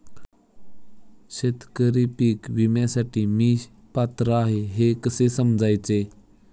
शेतकरी पीक विम्यासाठी मी पात्र आहे हे कसे समजायचे?